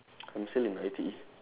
I'm still in I_T_E